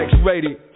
x-rated